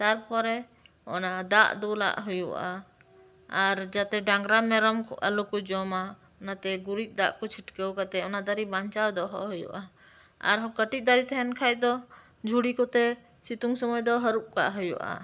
ᱛᱟᱨᱯᱚᱨᱮ ᱚᱱᱟ ᱫᱟᱜ ᱫᱩᱞᱟᱜ ᱦᱩᱭᱩᱜᱼᱟ ᱡᱟᱛᱮ ᱰᱟᱝᱨᱟ ᱢᱮᱨᱚᱱ ᱠᱚ ᱟᱞᱚᱠᱚ ᱡᱚᱢᱟ ᱚᱱᱟᱛᱮ ᱜᱩᱨᱤᱡ ᱫᱟᱜ ᱠᱚ ᱪᱷᱴᱠᱟᱹᱣ ᱠᱟᱛᱮ ᱚᱱᱟ ᱫᱟᱹᱨᱤ ᱵᱟᱧᱪᱟᱣ ᱫᱚᱦᱚ ᱦᱩᱭᱩᱜᱼᱟ ᱟᱨᱦᱚᱸ ᱠᱟᱹᱴᱤᱡ ᱫᱟᱨᱮ ᱛᱟᱸᱦᱮᱱ ᱠᱷᱟᱡ ᱫᱚ ᱡᱷᱩᱲᱤ ᱠᱚᱛᱮ ᱥᱤᱴᱩᱝ ᱥᱳᱢᱚᱭ ᱫᱚ ᱦᱟᱹᱦᱨᱩᱯ ᱠᱟᱜ ᱦᱩᱭᱩᱜᱼᱟ